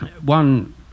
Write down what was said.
One